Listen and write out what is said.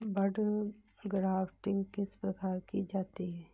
बड grafting किस प्रकार की जाती है?